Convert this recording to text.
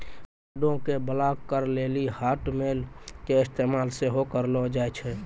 कार्डो के ब्लाक करे लेली हाटमेल के इस्तेमाल सेहो करलो जाय छै